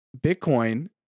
Bitcoin